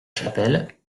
chapelle